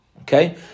Okay